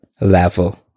level